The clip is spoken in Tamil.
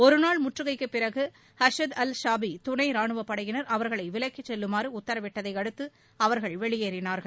ஒருநாள் முற்றுகைக்கு பிறகு ஹாசத்து அல் ஷாபி துணை ரானுவப்படையினர் அவர்களை விலகிச் செல்லுமாறு உத்தரவிட்டதை அடுத்து அவர்கள் வெளியேறினார்கள்